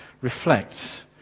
reflects